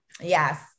Yes